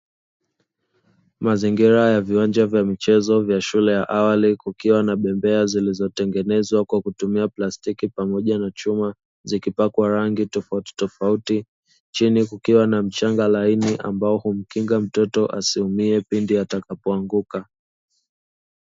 Mazingira ya viwanja vyya michezo vya shule ya awali kukiwa na bembea zilizotengenezwa kwa kutumia plastiki pamoja na chuma, zikipakwa rangi tofauti tofauti chini kukiwa na mchanga laini ambao humkinga mtoto asiumie pindi atakapoanguka.